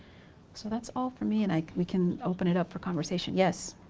so that's all for me and like we can open it up for conversation. yes.